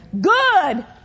Good